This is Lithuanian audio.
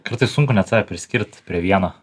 kartais sunku net save priskirt prie vieno